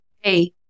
hey